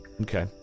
Okay